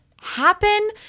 happen